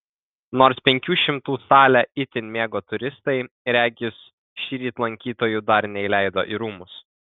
nors penkių šimtų salę itin mėgo turistai regis šįryt lankytojų dar neįleido į rūmus